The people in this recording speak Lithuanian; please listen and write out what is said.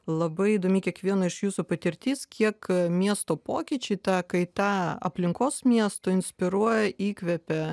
labai įdomi kiekvieno iš jūsų patirtis kiek miesto pokyčiai ta kaita aplinkos miestui inspiruoja įkvepia